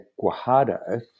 Guajardo